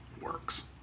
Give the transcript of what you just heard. works